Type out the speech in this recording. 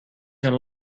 een